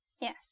Yes